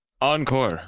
encore